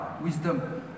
wisdom